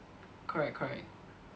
correct correct